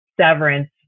severance